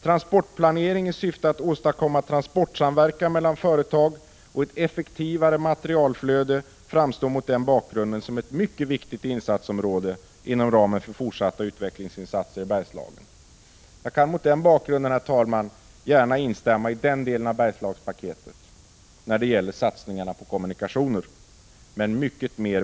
Transportplanering i syfte att åstadkomma transportsamverkan mellan företag samt ett effektivare materialflöde framstår mot den bakgrunden som ett mycket viktigt insatsområde inom ramen för fortsatta utvecklingsinsatser i Bergslagen. Mot denna bakgrund instämmer jag gärna i vad som sägs om satsningarna på kommunikationer när det gäller Bergslagspaketet. Men det behövs mycket mer.